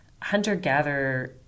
hunter-gatherer